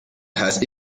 has